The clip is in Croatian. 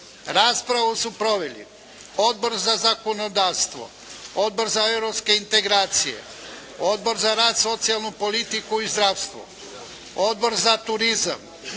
Raspravu su proveli Odbor za zakonodavstvo, Odbor za europske integracije, Odbor za rad, socijalnu politiku i zdravstvo, Odbor za turizam,